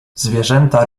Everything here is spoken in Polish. zwierzęta